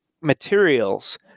materials